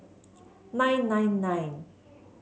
nine nine nine